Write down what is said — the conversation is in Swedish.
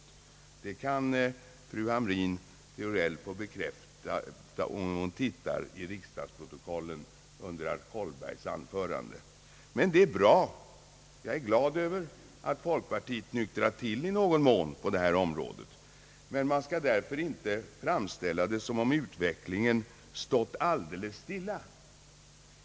Det kan fru Hamrin-Thorell få bekräftat, om hon läser herr Kollbergs anförande i riksdagsprotokollet från det tillfället. Men jag är glad över att folkpartiet i någon mån har nyktrat till på detta område. Man skall därför inte framställa det som om utvecklingen stått alldeles stilla.